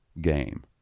game